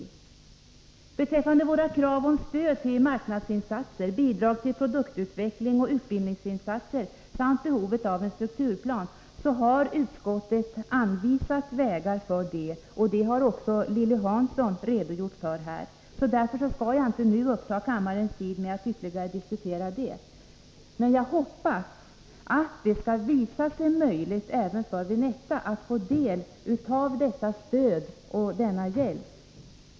Utskottet har, som svar på våra krav om stöd till marknadsinsatser och bidrag till produktutveckling och utbildningsinsatser samt vårt uttalande om behovet av en strukturplan, anvisat vägar i dessa avseenden. Det har även Lilly Hansson redogjort för här. Därför skall jag inte nu uppta kammarens tid med att ytterligare diskutera detta. Jag hoppas att det skall vara möjligt även för Vinetta att få del av dessa stöd och denna hjälp.